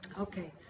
Okay